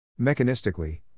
Mechanistically